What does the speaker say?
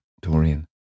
Dorian